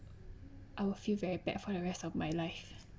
I will feel very bad for the rest of my life